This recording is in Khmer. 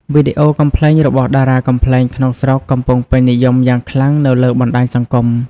វីដេអូកំប្លែងរបស់តារាកំប្លែងក្នុងស្រុកកំពុងពេញនិយមយ៉ាងខ្លាំងនៅលើបណ្តាញសង្គម។